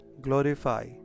glorify